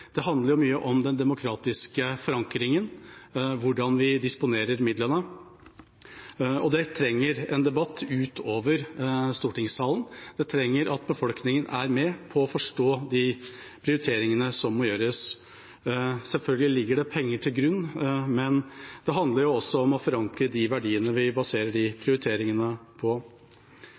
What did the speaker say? helsesektoren, handler jo mye om den demokratiske forankringen og hvordan vi disponerer midlene, og det trenger en debatt ut over stortingssalen. Den trengs for at befolkningen skal være med på å forstå de prioriteringene som må gjøres. Selvfølgelig ligger det penger til grunn, men det handler også om å forankre de verdiene vi baserer prioriteringene på.